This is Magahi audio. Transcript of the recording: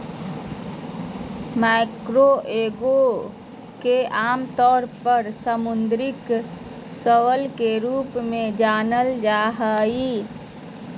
मैक्रोएल्गे के आमतौर पर समुद्री शैवाल के रूप में जानल जा हइ